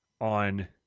on